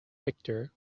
victor